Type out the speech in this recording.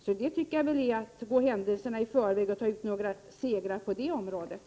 Därför tycker jag det är att gå händelserna i förväg att ta ut några segrar på det området.